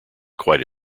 quite